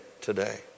today